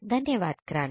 धन्यवाद क्रांति